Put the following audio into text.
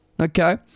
Okay